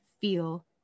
feel